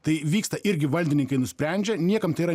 tai vyksta irgi valdininkai nusprendžia niekam tai yra